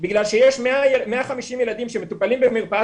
בגלל שיש 150 ילדים שמטופלים במרפאת